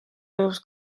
elus